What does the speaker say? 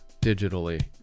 digitally